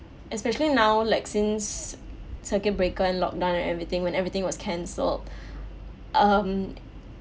especially now like since circuit breaker and lockdown and everything when everything was cancelled um